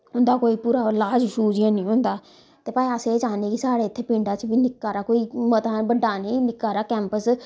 उं'दा कोई पूरा लाज़ शूज़ ऐनी होंदा ते भाई अस एह् चाह्न्ने कि साढ़े इत्थै पिंडा च बी निक्का हारा कोई मता बड्डा नी निक्का हारा कैंपस